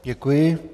Děkuji.